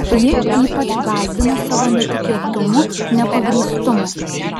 ji ypač gąsdino savo netikėtumu nepagrįstumu